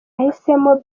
yahisemo